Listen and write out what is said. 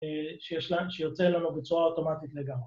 שיוצא לנו בצורה אוטומטית לגמרי